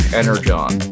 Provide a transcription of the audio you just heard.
energon